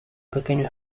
pequeño